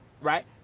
right